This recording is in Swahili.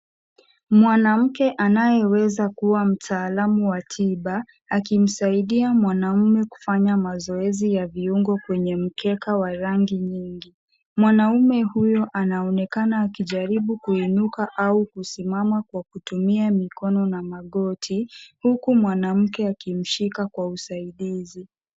Mwanamke anayeweza kuwa mtaalamu wa tiba, akimsaidia mwanaume kufanya mazoezi ya viungo kwenye mkeka wa rangi nyingi. Mwanaume huyo anaonekana akijaribu kuinuka au kusimama kwa kutumia mikono na magoti, huku mwanamke akimshika kwa usaidizi.